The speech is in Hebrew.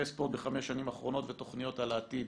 ספורט" בחמש השנים האחרונות ותכנית על העתיד.